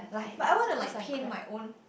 but I want to like paint my own